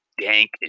dank